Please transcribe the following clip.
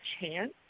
chance